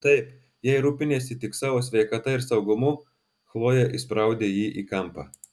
taip jei rūpiniesi tik savo sveikata ir saugumu chlojė įspraudė jį į kampą